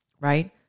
right